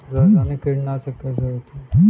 रासायनिक कीटनाशक कैसे होते हैं?